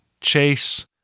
Chase